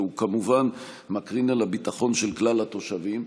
והוא כמובן מקרין על הביטחון של כלל התושבים.